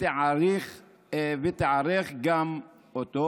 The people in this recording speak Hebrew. גם אותו?